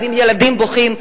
אז אם ילדים בוכים,